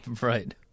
Right